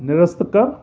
निरस्त कर